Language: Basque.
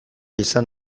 izan